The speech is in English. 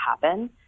happen